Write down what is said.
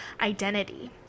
identity